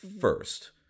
first